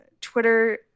Twitter